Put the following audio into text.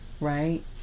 right